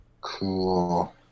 Cool